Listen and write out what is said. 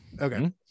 Okay